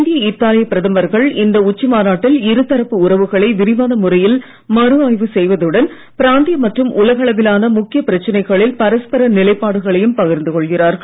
இந்திய இத்தாலியப் பிரதமர்கள் இந்த உச்ச மாநாட்டில் இருதரப்பு உறவுகளை விரிவான முறையில் மறுஆய்வு செய்வதுடன் பிராந்திய மற்றும் உலக அளவிலான முக்கியப் பிரச்சனைகளில் பரஸ்பர நிலைப்பாடுகளையும் பகிர்ந்து கொள்கிறார்கள்